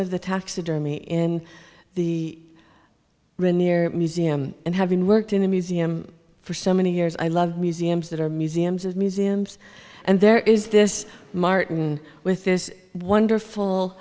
of the taxidermy in the rainier museum and having worked in the museum for so many years i love museums that are museums of museums and there is this martin with this wonderful